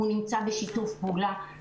הוא נמצא בשיתוף פעולה.